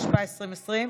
התשפ"א 2020,